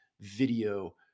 video